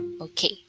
Okay